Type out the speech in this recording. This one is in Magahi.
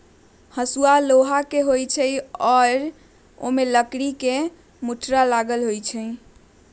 हसुआ लोहा के होई छई आ ओमे लकड़ी के मुठरा लगल होई छई